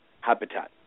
habitat